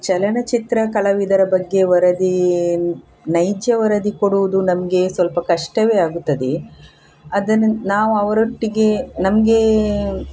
ಚಲನಚಿತ್ರ ಕಲಾವಿದರ ಬಗ್ಗೆ ವರದಿ ನೈಜ್ಜ ವರದಿ ಕೊಡುವುದು ನಮಗೆ ಸ್ವಲ್ಪ ಕಷ್ಟವೇ ಆಗುತ್ತದೆ ಅದನ್ನ ನಾವು ಅವರೊಟ್ಟಿಗೆ ನಮಗೆ